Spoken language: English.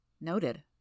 Noted